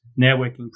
networking